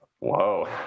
Whoa